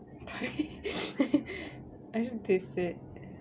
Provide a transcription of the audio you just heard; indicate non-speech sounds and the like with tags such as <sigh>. <laughs> actually they said